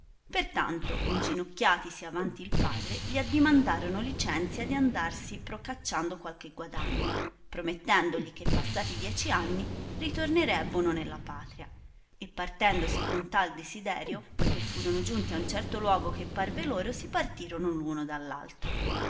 tanto inginocchiatisi avanti il padre gli addimandarono licenzia di andarsi procacciando qualche guadagno promettendogli che passati dieci anni ritornerebbono nella patria e partendosi con tal desiderio poiché furono giunti a certo luogo che parve loro si partirono l'uno